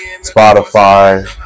Spotify